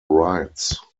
rites